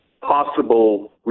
possible